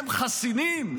הם חסינים?